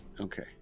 Okay